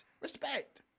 Respect